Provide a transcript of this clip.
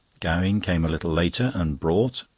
gowing came a little later and brought,